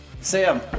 Sam